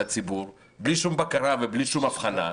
הציבור בלי שום בקרה ובלי שום הבחנה.